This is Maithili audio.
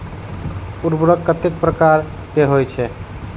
उर्वरक कतेक प्रकार के होई छै?